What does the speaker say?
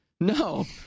No